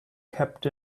kept